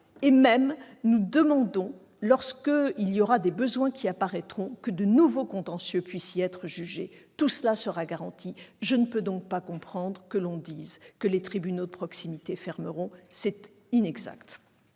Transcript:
même que, lorsque des besoins apparaîtront, de nouveaux contentieux puissent y être jugés. Tout cela sera garanti, je ne peux donc pas comprendre que l'on dise que les tribunaux de proximité fermeront : c'est inexact